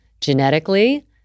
genetically